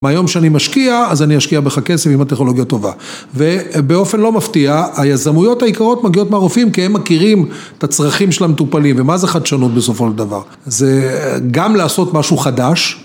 מהיום שאני משקיע אז אני אשקיע בך כסף, אם הטכנולוגיה טובה. ובאופן לא מפתיע, היזמויות העיקריות מגיעות מהרופאים, כי הם מכירים את הצרכים של המטופלים. ומה זה חדשנות בסופו של דבר, זה גם לעשות משהו חדש...